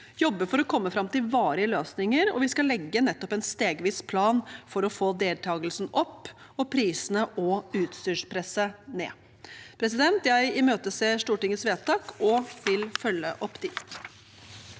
jobbe for å komme fram til varige løsninger, og vi skal nettopp legge en stegvis plan for å få deltakelsen opp og prisene og utstyrspresset ned. Jeg imøteser Stortingets vedtak og vil følge dem opp.